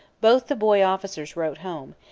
both the boy-officers wrote home,